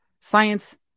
science